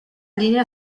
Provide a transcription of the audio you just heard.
linea